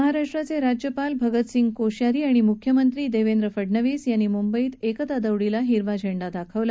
महाराष्ट्राचे राज्यपाल भगतसिंग कोश्यारी आणि म्ख्यमंत्री देवेंद्र फडणवीस यांनी म्ंबईत एकता दौडीला हिरवा झेंडा दाखवला